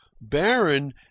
BARON